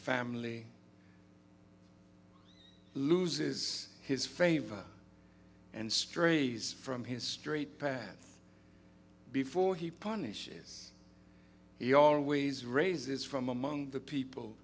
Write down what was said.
family loses his favor and strays from his straight path before he punishes he always raises from among the people